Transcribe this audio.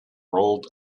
rolled